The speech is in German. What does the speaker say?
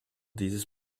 dieses